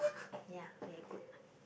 ya very good